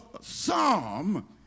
Psalm